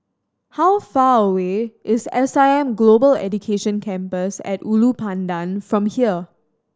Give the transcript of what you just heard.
how far away is S I M Global Education Campus At Ulu Pandan from here